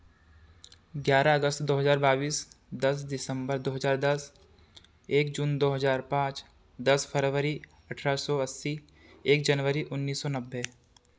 ग्यारह अगस्त दो हज़ार बाईस दस दिसंबर दो हज़ार दस एक जून दो हज़ार पाँच दस फरवरी अठरह सौ अस्सी एक जनवरी उन्नीस सौ नब्बे